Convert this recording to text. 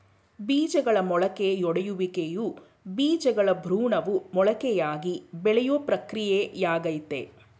ಬೀಜಗಳ ಮೊಳಕೆಯೊಡೆಯುವಿಕೆಯು ಬೀಜಗಳ ಭ್ರೂಣವು ಮೊಳಕೆಯಾಗಿ ಬೆಳೆಯೋ ಪ್ರಕ್ರಿಯೆಯಾಗಯ್ತೆ